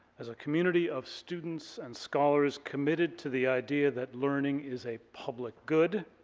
as a community of students and scholars committed to the idea that learning is a public good,